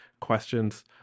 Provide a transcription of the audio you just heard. questions